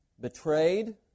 betrayed